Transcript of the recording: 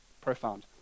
profound